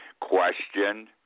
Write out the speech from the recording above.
questioned